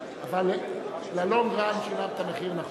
בנימין נתניהו,